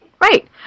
Right